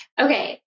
Okay